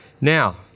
now